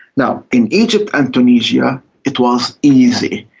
now, in egypt and tunisia it was easy.